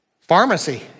Pharmacy